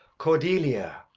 cordelia,